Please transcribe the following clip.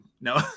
No